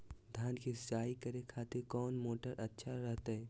धान की सिंचाई करे खातिर कौन मोटर अच्छा रहतय?